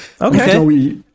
Okay